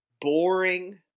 boring